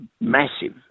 massive